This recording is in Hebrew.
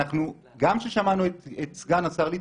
גם כששמענו את סגן השר ליצמן,